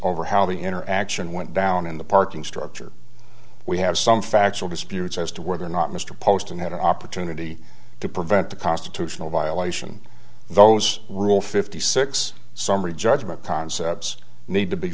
over how the interaction went down in the parking structure we have some factual disputes as to whether or not mr poston had an opportunity to prevent the constitutional violation of those rule fifty six summary judgment concepts need to be